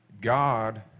God